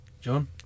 John